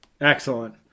Excellent